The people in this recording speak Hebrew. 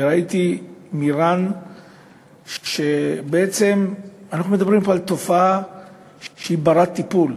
ולמדתי מרן שבעצם אנחנו מדברים פה על תופעה שהיא בת-טיפול,